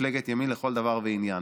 מפלגת ימין לכל דבר ועניין.